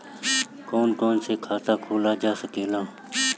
कौन कौन से खाता खोला जा सके ला?